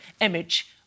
image